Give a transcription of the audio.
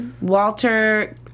Walter